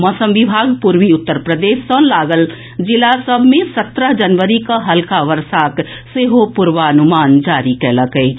मौसम विभाग पूर्वी उत्तर प्रदेश सॅ लागल जिला मे सत्रह जनवरी कऽ हल्का बर्षाक सेहो पूर्वानुमान जारी कएलक अछि